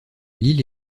lille